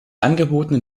angebotenen